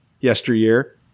yesteryear